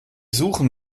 suchen